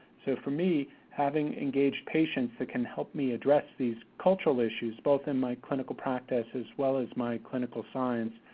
so, for me, having engaged patients that can help me address these cultural issues, both in my clinical practice, as well as my clinical science,